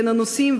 בין הנוסעים,